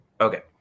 Okay